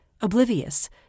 oblivious